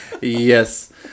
Yes